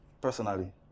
personally